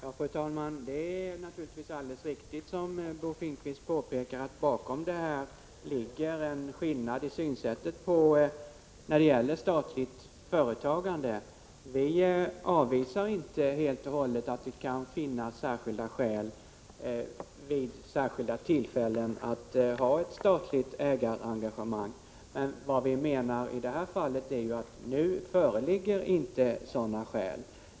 Fru talman! Det är naturligtvis alldeles riktigt, som Bo Finnkvist påpekar, att bakom ställningstagandena ligger en skillnad i synsätt när det gäller statligt företagande. Vi avvisar inte helt och hållet att det vid särskilda tillfällen kan finnas skäl att ha ett statligt ägarengagemang. Men i det här fallet anser vi att det inte föreligger sådana skäl.